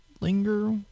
linger